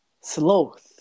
sloth